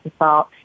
Assault